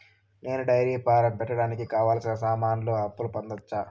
నేను dairy farm పెట్టడానికి కావాల్సిన సామాన్లకు అప్పు పొందొచ్చా?